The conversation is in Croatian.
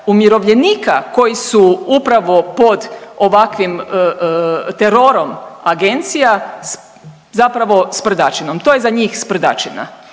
umirovljenika koji su upravo pod ovakvim terorom agencija zapravo, sprdačinom. To je za njih sprdačina.